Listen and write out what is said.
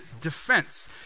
defense